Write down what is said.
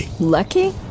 Lucky